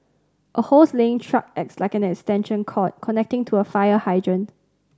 a hose laying truck acts like an extension cord connecting to a fire hydrant